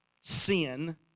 sin